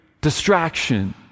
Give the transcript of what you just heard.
distraction